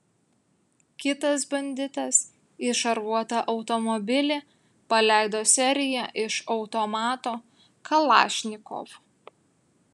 kitas banditas į šarvuotą automobilį paleido seriją iš automato kalašnikov